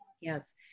Yes